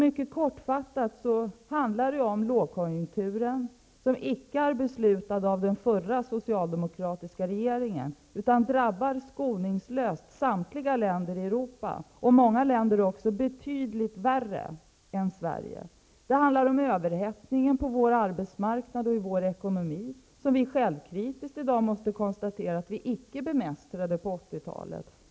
Mycket kortfattat handlar det om lågkonjunkturen, som icke är beslutad av den förra, socialdemokratiska regeringen utan skoningslöst drabbar samtliga länder i Europa -- och många länder också betydligt värre än Sverige. Det handlar om överhettningen på vår arbetsmarknad och i vår ekonomi som vi -- det måste vi självkritiskt konstatera -- icke bemästrade på 1980-talet.